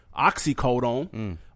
Oxycodone